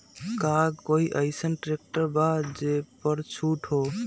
का कोइ अईसन ट्रैक्टर बा जे पर छूट हो?